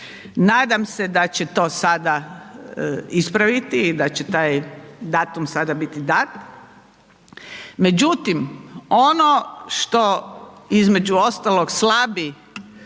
nadam se da će to sada ispraviti i da će taj datum sada biti dat, međutim ono što između ostalog slabi